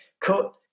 cut